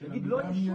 של המילה מיידי.